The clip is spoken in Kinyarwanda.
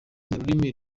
n’ururimi